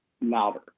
louder